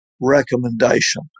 recommendation